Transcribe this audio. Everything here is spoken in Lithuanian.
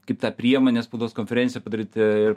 kaip tą priemonę spaudos konferenciją padaryti